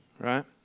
right